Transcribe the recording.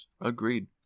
Agreed